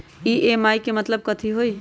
EMI के मतलब कथी होई?